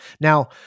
Now